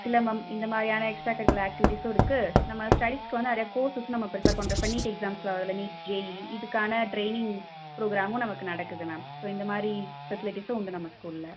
சிலம்பம் இந்தமாதிரியான extra curricular ஆக்டிவிட்டிஸும் இருக்குது நம்ம ஸ்டடிஸ்க்கு வந்து நிறைய கோர்ஸ்ஸூம் நாம் பிரிப்ஃபர் பண்றோம் இப்போ நீட் எக்ஸாம்ஸில் நீட் ஜேஈஈ இதுக்கான ட்ரைனிங் ப்ரோக்ராமும் நமக்கு நடக்குது மேம் ஸோ இந்தமாதிரி ஃபெஸிலிட்டிஸ்ஸும் உண்டு நம்ம ஸ்கூலில்